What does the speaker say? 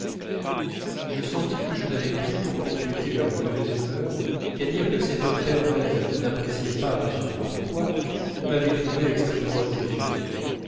je sentis que je n'avais plus pour compléter leur mauvaise humeur qu'à dire que cet homme pervers et qui n'appréciait pas m de norpois m'avait trouvé extrêmement intelligent